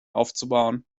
aufzubauen